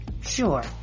sure